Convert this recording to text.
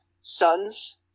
sons